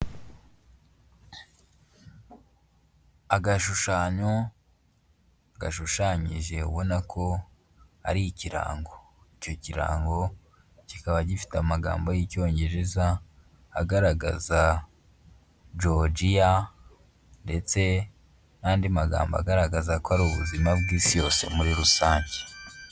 Agashushanyo gashushanyije ubona ko ari ikirango, icyo kirango kikaba gifite amagambo y'icyongereza agaragaza georgia, ndetse nandi magambo agaragaza ko ari ubuzima bwisi yose muri rusange.